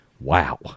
Wow